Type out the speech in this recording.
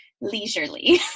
leisurely